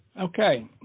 okay